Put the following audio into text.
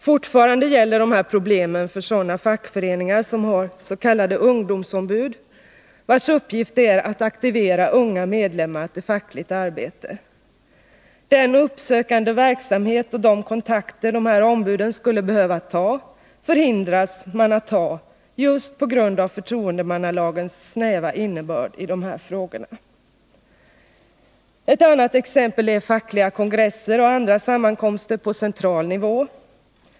Fortfarande drabbar dessa problem sådana fackföreningar som har s.k. ungdomsombud, vars uppgift är att aktivera unga medlemmar till fackligt arbete. Den uppsökande verksamhet och de kontakter dessa ombud skulle behöva ta förhindras, just på grund av förtroendemannalagens snäva innebörd i dessa frågor. Ett annat exempel är fackliga kongresser och andra sammankomster på central nivå.